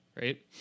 right